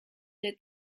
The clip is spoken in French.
est